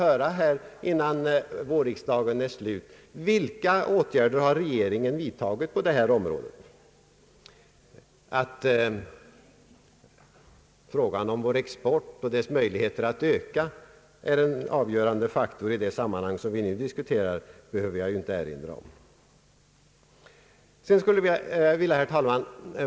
Nu skulle jag gärna innan vårriksdagen är slut vilja höra vilka åtgärder regeringen vidtagit på detta område. Att frågan om vår export och dess möjligheter att öka är en avgörande faktor i det sammanhang vi nu bedriver diskussionen behöver jag inte erinra om.